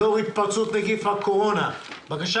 לאור התפרצות נגיף הקורונה בקשה